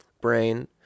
brain